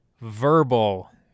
Verbal